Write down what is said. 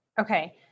Okay